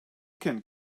can